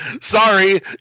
sorry